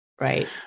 Right